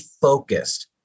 focused